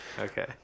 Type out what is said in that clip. Okay